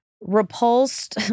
repulsed